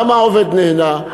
גם העובד נהנה,